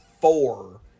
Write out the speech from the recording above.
four